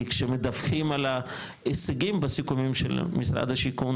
כי כשמדווחים על ההישגים בסיכומים של משרד השיכון,